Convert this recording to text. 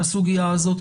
לסוגיה הזאת,